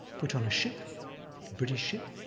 put on a ship, a british ship,